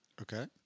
Okay